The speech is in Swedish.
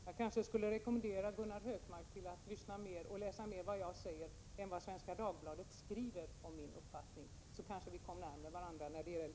Jag skulle vilja rekommendera Gunnar Hökmark att mera lyssna till det som jag själv säger än till det som Svenska Dagbladet skriver om min uppfattning. I så fall skulle vi kanske komma närmare varandra i denna fråga.